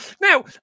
Now